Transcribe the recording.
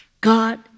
God